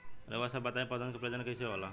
रउआ सभ बताई पौधन क प्रजनन कईसे होला?